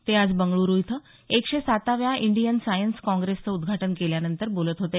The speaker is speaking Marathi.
ते आज बंगळुरु इथं एकशे साताव्या इंडियन सायन्स काँग्रेसचं उद्घाटन केल्यानंतर बोलत होते